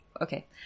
Okay